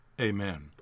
Amen